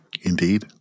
indeed